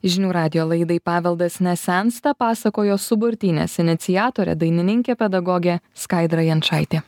žinių radijo laidai paveldas nesensta pasakojo suburtynės iniciatorė dainininkė pedagogė skaidra jančaitė